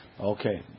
Okay